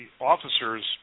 officers